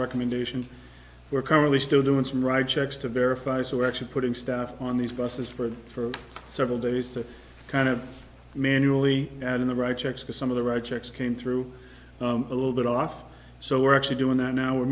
recommendation we're currently still doing some write checks to verify so we're actually putting stuff on these buses for the for several days to kind of manually add in the right checks because some of the write checks came through a little bit off so we're actually doing that now we're